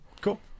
cool